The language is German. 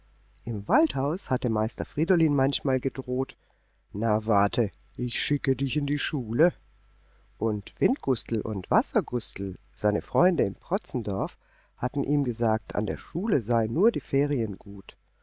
im waldhaus hatte meister friedolin manchmal gedroht na warte ich schicke dich noch in die schule und windgustel und wassergustel seine freunde in protzendorf hatten ihm gesagt an der schule seien nur die ferien gut